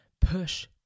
push